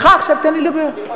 סליחה, עכשיו תן לי לדבר.